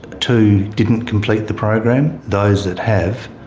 two didn't complete the program. those that have,